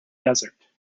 desert